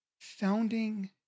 founding